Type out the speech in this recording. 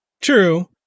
True